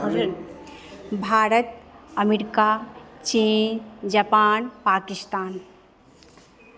Bharat America चीन Japan Pakistan